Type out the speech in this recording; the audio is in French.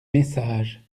messages